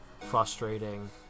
frustrating